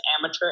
amateur